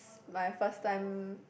my first time